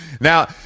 now